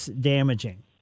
damaging